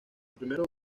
primero